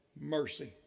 mercy